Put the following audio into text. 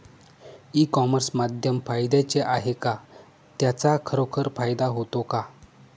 E commerce माध्यम फायद्याचे आहे का? त्याचा खरोखर फायदा होतो का?